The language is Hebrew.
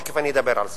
תיכף אני אדבר על זה.